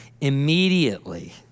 immediately